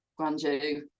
Guangzhou